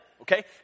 Okay